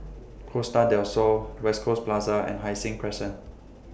Costa Del Sol West Coast Plaza and Hai Sing Crescent